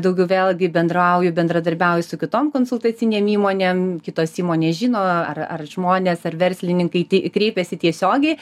daugiau vėlgi bendrauju bendradarbiauju su kitom konsultacinėm įmonėm kitos įmonės žino ar ar žmonės ar verslininkai tė kreipiasi tiesiogiai